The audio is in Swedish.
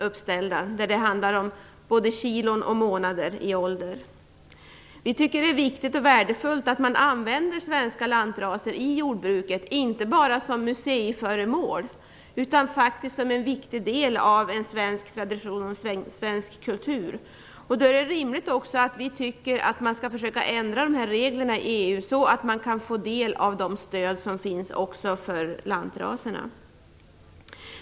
Det gäller både vikten i kilon och åldern i antalet månader. Vi tycker att det är viktigt och värdefullt att man använder svenska lantraser i jordbruket - inte bara som museiföremål utan faktiskt som en viktig del av en svensk tradition och kultur. Det är då rimligt att vi tycker att man skall försöka ändra de här reglerna i EU så att man kan få del av de stöd som finns även för lantraserna.